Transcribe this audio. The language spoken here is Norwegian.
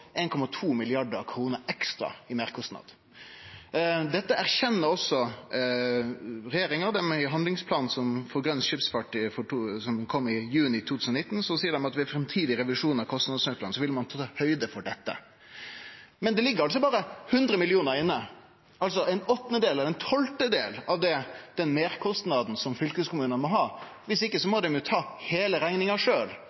Dette erkjenner også regjeringa. I handlingsplanen for grøn skipsfart, som kom i juni 2019, seier dei at dei ved ein framtidig revisjon av kostnadsnøklane vil ta høgde for dette. Men det ligg altså berre 100 mill. kr inne, altså ein tolvtedel av den meirkostnaden som fylkeskommunane må ha. Viss ikkje